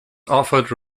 offered